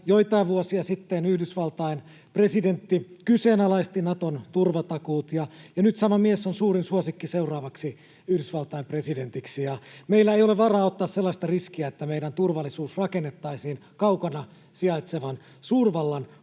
joitain vuosia sitten Yhdysvaltain presidentti kyseenalaisti Naton turvatakuut, ja nyt sama mies on suurin suosikki seuraavaksi Yhdysvaltain presidentiksi. Meillä ei ole varaa ottaa sellaista riskiä, että meidän turvallisuus rakennettaisiin kaukana sijaitsevan suurvallan